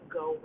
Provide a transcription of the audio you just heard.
go